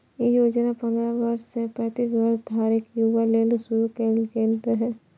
ई योजना पंद्रह सं पैतीस वर्ष धरिक युवा लेल शुरू कैल गेल छै